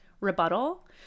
rebuttal